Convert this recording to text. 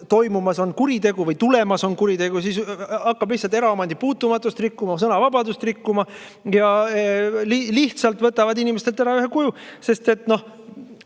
toimumas on kuritegu või tulemas on kuritegu, siis hakkab lihtsalt eraomandi puutumatust rikkuma, sõnavabadust rikkuma. Lihtsalt võtavad inimestelt ära ühe kuju! Tegelik